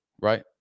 Right